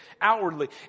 outwardly